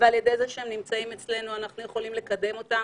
ועל ידי זה שהם נמצאים אצלנו אנחנו יכולים לקדם אותם